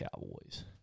Cowboys